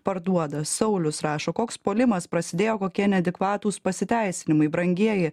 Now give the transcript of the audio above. parduoda saulius rašo koks puolimas prasidėjo kokie neadekvatūs pasiteisinimai brangieji